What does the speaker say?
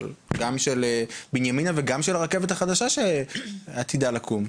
גם של בנימינה וגם של הרכבת החדשה שאמורה לקום.